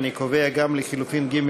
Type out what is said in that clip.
להצביע על לחלופין (ג).